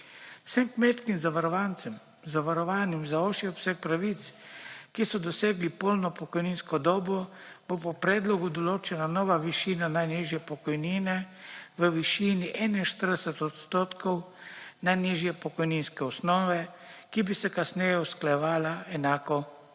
Vsem kmečkim zavarovancem zavarovanim za ožji obseg pravic, ki so dosegli polno pokojninsko dobo bo po predlogu odločena nova višina najnižje pokojnine v višini 41 odstotkov najnižje pokojninske osnove, ki bi se kasneje usklajevala enako kot